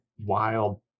wild